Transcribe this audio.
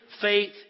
faith